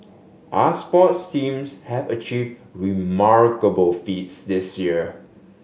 our sports teams have achieved remarkable feats this year